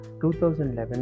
2011